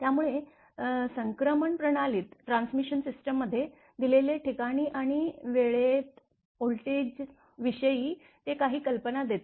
त्यामुळे संक्रमण प्रणालीत दिलेल्या ठिकाणी आणि वेळेत व्होल्टेज विषयी ते काही कल्पना देते